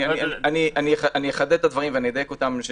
אני אחדד את הדברים ואני אדייק אותם.